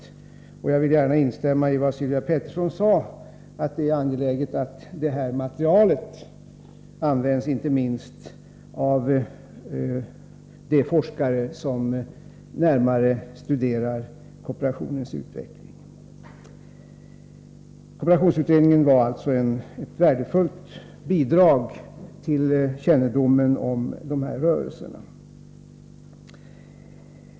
Jag vill också gärna instämma i vad Sylvia Pettersson sade om att det är angeläget att det här materialet används inte minst av de forskare som närmare studerar kooperationens utveckling. Kooperationsutredningen gav alltså ett värdefullt bidrag till kännedomen om de här rörelserna.